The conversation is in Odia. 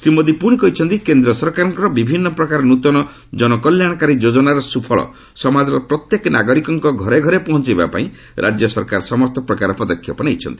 ଶ୍ରୀ ମୋଦି ପୁଣି କହିଛନ୍ତି ଯେ କେନ୍ଦ୍ର ସରକାରଙ୍କର ବିଭିନ୍ନ ପ୍ରକାର ନୃତନ ଜନକଲ୍ୟାଶକାରୀ ଯୋଜନାର ସ୍ତୁଫଳ ସମାଜର ପ୍ରତ୍ୟେକ ନାଗରିକଙ୍କ ଘରେ ଘରେ ପହଞ୍ଚାଇବା ପାଇଁ ରାଜ୍ୟ ସରକାର ସମସ୍ତ ପ୍ରକାର ପଦକ୍ଷେପ ଗ୍ରହଣ କରିଛନ୍ତି